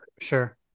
Sure